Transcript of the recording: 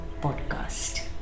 podcast